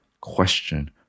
question